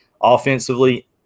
Offensively